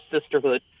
sisterhood